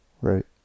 Right